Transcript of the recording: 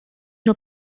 nur